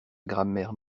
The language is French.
grammaire